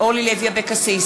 אורלי לוי אבקסיס,